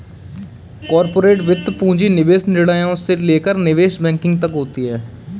corporate वित्त पूंजी निवेश निर्णयों से लेकर निवेश बैंकिंग तक होती हैं